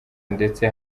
ndetse